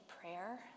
prayer